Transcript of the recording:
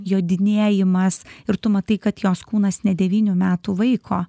jodinėjimas ir tu matai kad jos kūnas ne devynių metų vaiko